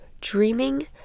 Dreaming